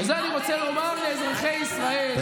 וזה אני רוצה לומר לאזרחי ישראל,